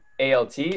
ALT